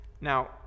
now